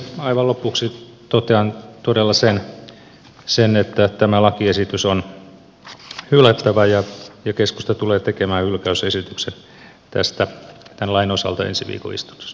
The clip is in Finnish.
aivan lopuksi totean todella sen että tämä lakiesitys on hylättävä ja keskusta tulee tekemään hylkäysesityksen tämän lain osalta ensi viikon istunnossa